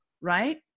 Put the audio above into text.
right